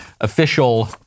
official